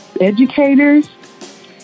educators